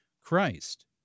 Christ